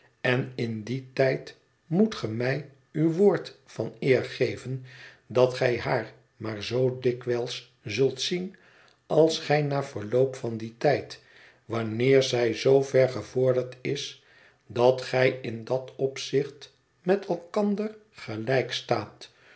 en in dien tijd moet ge mij uw woord van eer geven dat gij haar maar z dikwijls zult zien als gij na verloop van dien tijd wanneer zij zoover gevorderd is dat gij in dat opzicht met elkander gelijk staat